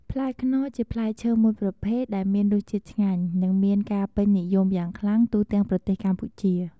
ផ្លែខ្នុរជាផ្លែរឈើមួយប្រភេទដែលមានរសជាតិឆ្ងាញ់ និងមានការពេញនិយមយ៉ាងខ្លាំងទូទាំងប្រទេសកម្ពុជា។